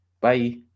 Bye